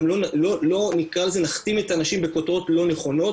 גם לא נכתים אנשים בכותרות לא נכונות,